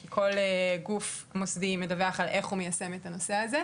כי כל גוף מוסדי מדווח על איך הוא מיישם את הנושא הזה.